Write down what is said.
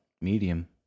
medium